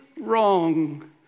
wrong